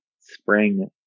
spring